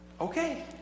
okay